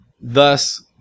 thus